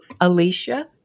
Alicia